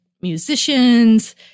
musicians